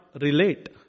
relate